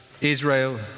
Israel